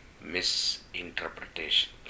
misinterpretation